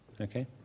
okay